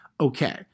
Okay